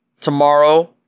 tomorrow